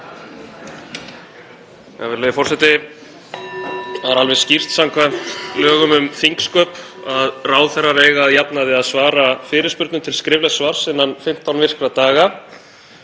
Það er alveg skýrt samkvæmt lögum um þingsköp að ráðherrar eiga að jafnaði að svara fyrirspurnum til skriflegs svars innan 15 virkra daga.